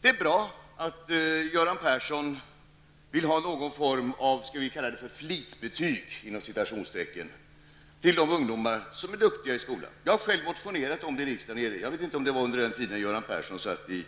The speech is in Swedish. Det är bra att Göran Persson vill ha någon form av ''flitbetyg'' till de ungdomar som är duktiga i skolan. Jag har själv motionerat om det i riksdagen. Jag vet inte om det var under den tid som Göran Persson satt i